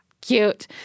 Cute